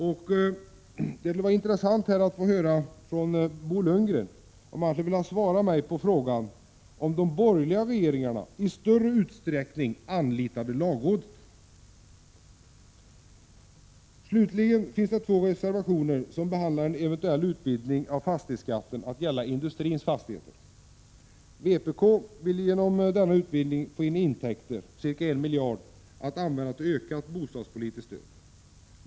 Det skulle vara intressant att få höra Bo Lundgren svara på frågan om de borgerliga regeringarna i större utsträckning anlitade lagrådet. Slutligen finns det två reservationer som behandlar en eventuell utvidgning av fastighetsskatten att gälla industrins fastigheter. Vpk vill genom denna utvidgning få in intäkter, ca 1 miljard, att använda till ökat bostadspolitiskt stöd.